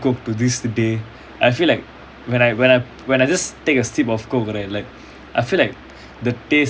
coke to this day I feel like when I when I just take a sip of coke right like I feel like the taste